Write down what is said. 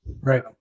right